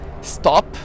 stop